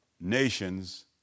nations